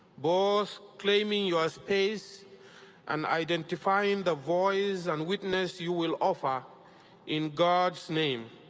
both claiming your space and identifying the voice and witness you will offer in god's name,